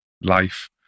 life